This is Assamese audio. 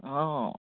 অঁ